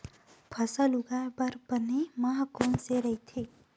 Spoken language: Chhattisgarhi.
फसल उगाये बर बने माह कोन से राइथे?